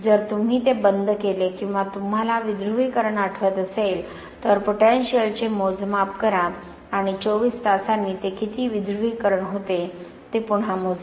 जर तुम्ही ते बंद केले तेव्हा तुम्हाला विध्रुवीकरण आठवत असेल आणि पोटेनिशियलचे मोजमाप करा आणि 24 तासांनी ते किती विध्रुवीकरण होते ते पुन्हा मोजा